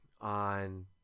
on